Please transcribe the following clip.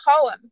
poem